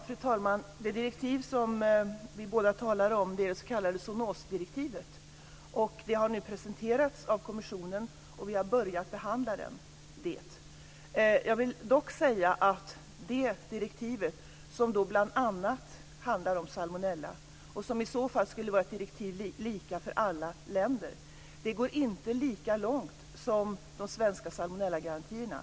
Fru talman! Det direktiv som vi båda talar om är det s.k. zoonosdirektivet. Det har nu presenterats av kommissionen, och vi har börjat behandla det. Jag vill dock säga att det direktivet, som bl.a. handlar om salmonella, och som i så fall skulle vara ett direktiv som är lika för alla länder inte går lika långt som de svenska salmonellagarantierna.